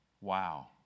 Wow